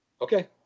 okay